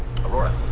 Aurora